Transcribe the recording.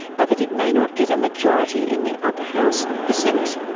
but that it may not get a majority in the upper house, the senate.